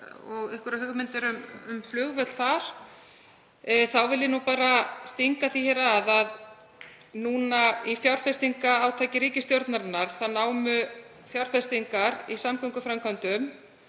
og einhverjar hugmyndir um flugvöll þar. Þá vil ég bara stinga því að að í fjárfestingarátaki ríkisstjórnarinnar námu fjárfestingar í samgönguframkvæmdum